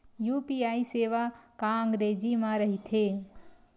UPI सेवा का अंग्रेजी मा रहीथे?